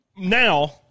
now